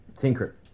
tinker